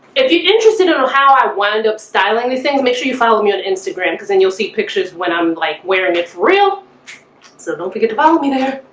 if you're interested in how i wound up styling this thing make sure you follow me on instagram because then you'll see pictures when i'm like wearing it's real so don't forget to follow me there